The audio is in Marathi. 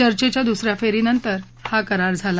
चर्चेच्या दुसऱ्या पर्शीनंतर हा करार झाला